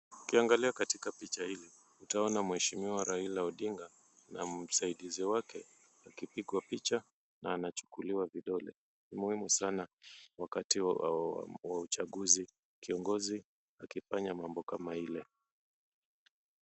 Ukiangalia katika picha hili utaona mheshimiwa Raila Odinga na msaidizi wake akipigwa picha na anachukuliwa vidole. Ni muhimu sana wakati wa uchaguzi kiongozi akifanya mambo kama ile.